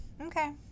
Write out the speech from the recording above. Okay